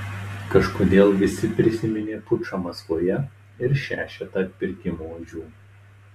kažkodėl visi prisiminė pučą maskvoje ir šešetą atpirkimo ožių